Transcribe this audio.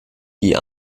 die